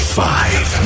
five